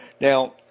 Now